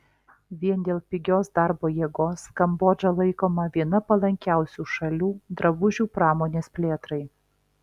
vien dėl pigios darbo jėgos kambodža laikoma viena palankiausių šalių drabužių pramonės plėtrai